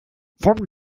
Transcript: vom